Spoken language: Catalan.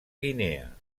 guinea